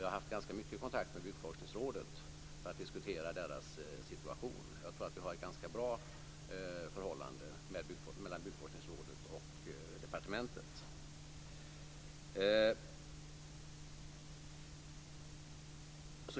Jag har haft ganska mycket kontakt med Byggforskningsrådet för att diskutera deras situation. Det råder ett bra förhållande mellan Byggforskningsrådet och departementet.